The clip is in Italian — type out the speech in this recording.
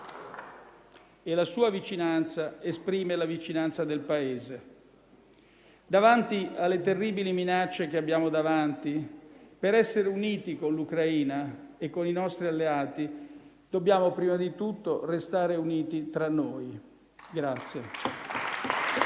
e la sua vicinanza esprime la vicinanza del Paese. Davanti alle terribili minacce che abbiamo di fronte, per essere uniti con l'Ucraina e con i nostri alleati dobbiamo prima di tutto restare uniti fra noi.